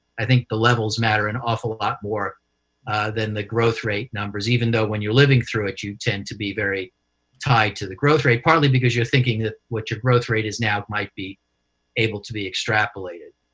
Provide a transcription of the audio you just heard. i think the levels matter an awful lot more than the growth rate numbers, even though when you're living through it, you tend to be very tied to the growth rate, partly because you're thinking that what your growth rate is now might be able to be extrapolated.